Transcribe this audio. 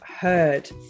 heard